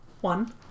One